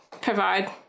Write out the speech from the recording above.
provide